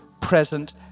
present